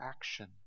action